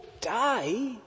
die